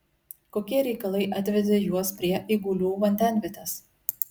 kokie reikalai atvedė juos prie eigulių vandenvietės